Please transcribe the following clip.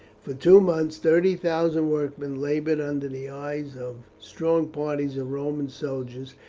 for two months thirty thousand workmen laboured under the eyes of strong parties of roman soldiers,